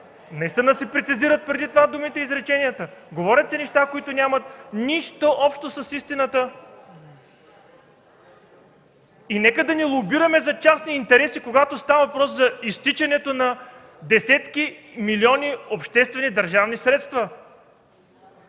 наистина да си прецизират преди това думите и изреченията. Говорят се неща, които нямат нищо общо с истината. Нека да не лобираме за частни интереси, когато става въпрос за изтичането на десетки милиони обществени, държавни средства.